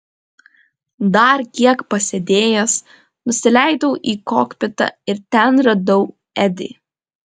dar kiek pasėdėjęs nusileidau į kokpitą ir ten radau edį